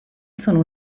sono